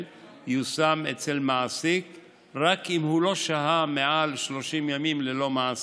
יושם אצל מעסיק רק אם הוא לא שהה מעל 30 ימים ללא מעסיק,